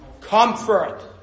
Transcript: comfort